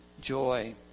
joy